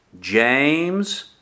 James